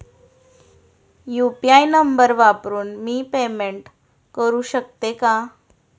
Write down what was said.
UPI number वापरून मी payment करू शकते का?